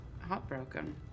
heartbroken